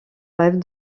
rêve